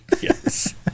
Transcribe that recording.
Yes